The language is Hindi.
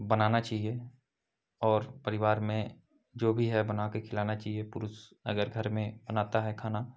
बनाना चाहिए और परिवार में जो भी है बना कर खिलाना चाहिए पुरुष अगर घर में बनाता है खाना